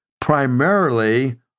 primarily